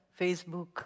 Facebook